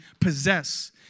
possess